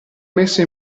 messo